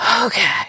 Okay